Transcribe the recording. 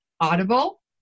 Audible